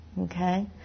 Okay